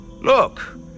Look